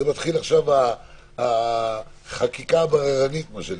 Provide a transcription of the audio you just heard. תתחיל החקיקה הבררנית, מה שנקרא.